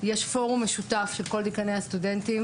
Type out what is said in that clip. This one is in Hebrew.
יש פורום משותף של כל דיקאני הסטודנטים.